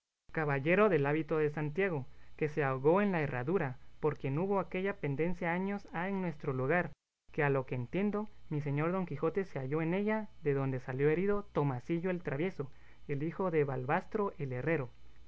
caballero del hábito de santiago que se ahogó en la herradura por quien hubo aquella pendencia años ha en nuestro lugar que a lo que entiendo mi señor don quijote se halló en ella de donde salió herido tomasillo el travieso el hijo de balbastro el herrero